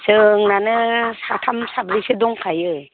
जोंनानो साथाम साब्रैसो दंखायो